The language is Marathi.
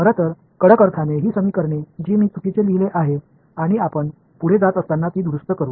खरं तर कडक अर्थाने ही समीकरणे जी मी चुकीचे लिहिले आहेत आणि आपण पुढे जात असताना त्या दुरुस्त करू